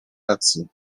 racji